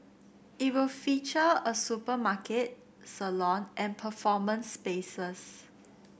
it will feature a supermarket salon and performance spaces